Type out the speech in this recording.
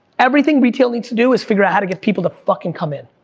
everything retail needs to do, is figure out how to get people to fucking come in.